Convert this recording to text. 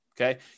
okay